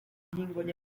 n’igituntu